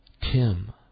Tim